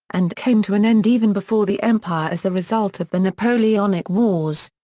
and came to an end even before the empire as the result of the napoleonic wars.